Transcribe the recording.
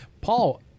paul